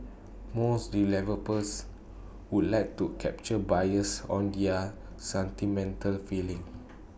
most developers would like to capture buyers on their sentimental feeling